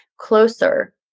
closer